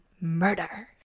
Murder